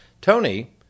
Tony